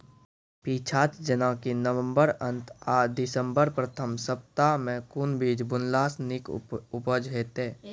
पीछात जेनाकि नवम्बर अंत आ दिसम्बर प्रथम सप्ताह मे कून बीज बुनलास नीक उपज हेते?